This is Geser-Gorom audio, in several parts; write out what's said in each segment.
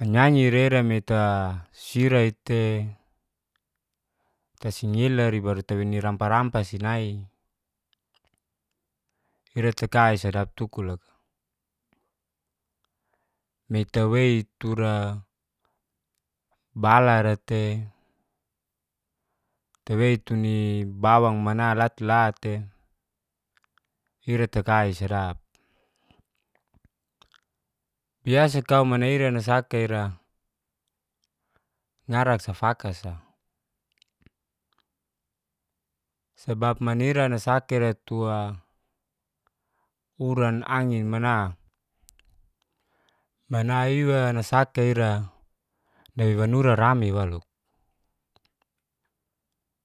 Anyi-anyira ira metasira'i tei tasinyilari baru taweni rampa-rampasi nai ira takai sadap tuku loka. Nai tawei tura balara tei tawei tuni bawang mana la tei la'te ira takai sadap. Biasa kau manaira nasaka ira narak sa fakasa, sabab manaira dasaki'ra tua uran angin mana. Mana iwa nasaka ira dawe wanura rame wolu,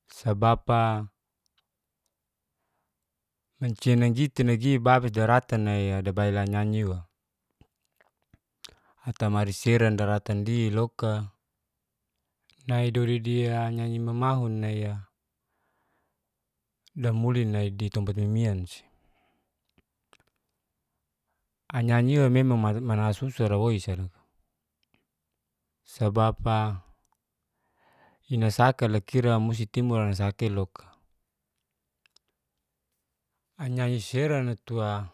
sabab'a mancia najiti nagi babis daratan nai'e dabail anyi-anyi'wa, atamari seran daratandi loka nai duridia anyi-anyi mamahun nai'a. Damulin nai ditompat mimiansi, anyi-anyi'wa memang mana susa'ra woi sa loka, sebab'a ingasaka la kira musti anyi-anyi'sira natua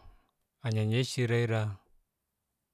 anyi-anyi'sira ira.